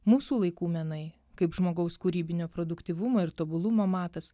mūsų laikų menai kaip žmogaus kūrybinio produktyvumo ir tobulumo matas